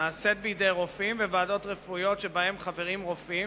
נעשית בידי רופאים בוועדות רפואיות שבהן חברים רופאים,